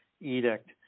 edict